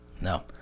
No